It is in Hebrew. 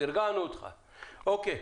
אוקיי.